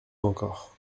encore